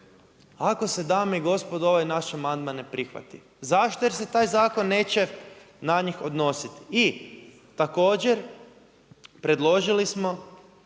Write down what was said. ako se dame i gospodi ovaj naš amandman ne prihvati. Zašto? Jer se taj zakon neće na njih odnositi. I također, preložili smo